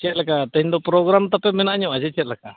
ᱪᱮᱫ ᱞᱮᱠᱟ ᱛᱮᱦᱮᱧ ᱫᱚ ᱯᱨᱳᱜᱨᱟᱢ ᱛᱟᱯᱮ ᱢᱮᱱᱟᱜ ᱧᱚᱜᱼᱟ ᱥᱮ ᱪᱮᱫ ᱞᱮᱠᱟ